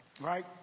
right